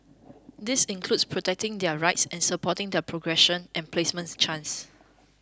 this includes protecting their rights and supporting their progression and placement chances